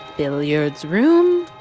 billiards room,